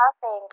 thank